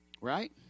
Right